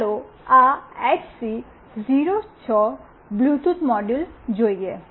ચાલો આ HC 06 Bluetooth module જોઈએ